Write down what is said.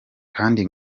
kandi